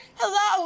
hello